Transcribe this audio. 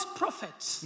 prophets